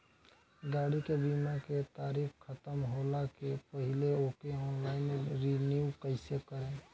गाड़ी के बीमा के तारीक ख़तम होला के पहिले ओके ऑनलाइन रिन्यू कईसे करेम?